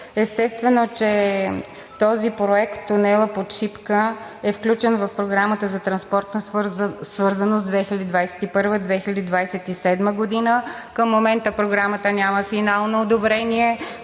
Естествено, че този проект – тунелът под връх Шипка, е включен в Програмата за транспортна свързаност, 2021 – 2027 г. Към момента Програмата няма финално одобрение.